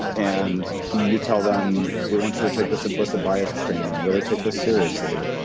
and you tell them, we want you to take this implicit bias training and really take this seriously.